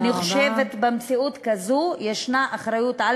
אני חושבת שבמציאות כזו מוטלת אחריות על